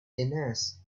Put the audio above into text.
ines